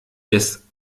des